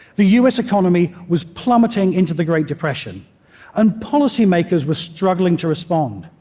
the u s. economy was plummeting into the great depression and policy makers were struggling to respond.